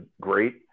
great